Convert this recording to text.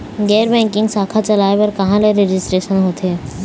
गैर बैंकिंग शाखा चलाए बर कहां ले रजिस्ट्रेशन होथे?